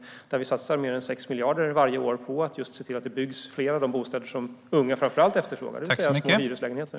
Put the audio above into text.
Det innebär att vi satsar mer än 6 miljarder varje år på att se till att det byggs fler bostäder som framför allt unga efterfrågar, det vill säga små hyreslägenheter.